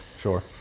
Sure